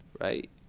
Right